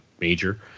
major